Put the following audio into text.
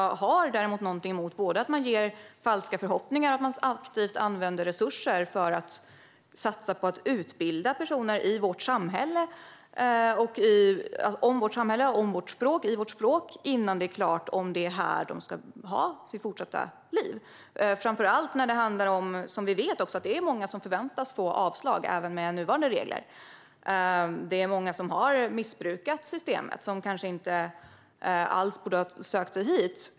Det jag däremot har någonting emot är att man både ger falska förhoppningar och aktivt använder resurser för att satsa på att utbilda personer om vårt samhälle och i vårt språk innan det är klart att det är här de ska ha sitt fortsatta liv, framför allt när vi vet att det är många som förväntas få avslag även med nuvarande regler. Det är många som har missbrukat systemet och kanske inte alls borde ha sökt sig hit.